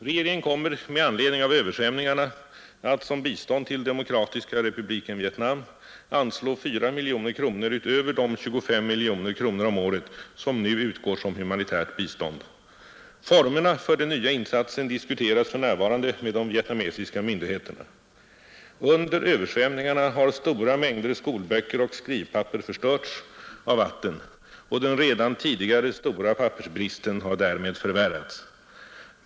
Regeringen kommer med anledning av översvämningarna att som bistånd till Demokratiska republiken Vietnam anslå 4 miljoner kronor utöver de 25 miljoner kronor om året som nu utgår som humanitärt bistånd. Formerna för den nya insatsen diskuteras för närvarande med de vietnamesiska myndigheterna, Under översvämningarna har stora mängder skolböcker och skrivpapper förstörts av vatten, och den redan tidigare stora pappersbristen har därmed förvärrats.